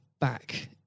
back